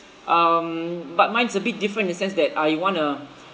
um but mine's a bit different in a sense that I wanna